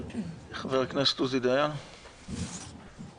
חבר הכנסת עוזי דיין, בבקשה.